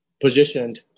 positioned